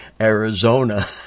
Arizona